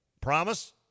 Promise